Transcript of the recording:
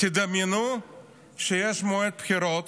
תדמיינו שיש מועד בחירות